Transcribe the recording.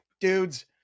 Dudes